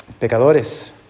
pecadores